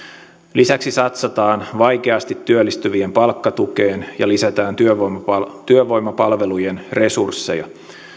lisäksi satsataan vaikeasti työllistyvien palkkatukeen ja lisätään työvoimapalvelujen resursseja